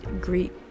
greet